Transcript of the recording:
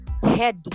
head